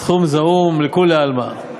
סכום זעום, לכולי עלמא.